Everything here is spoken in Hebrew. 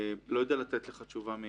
אני לא יודע לתת לך תשובה מהירה.